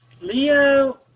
Leo